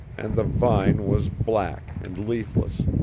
and the vine was black and leafless,